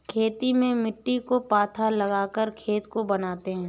खेती में मिट्टी को पाथा लगाकर खेत को बनाते हैं?